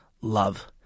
love